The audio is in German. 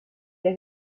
der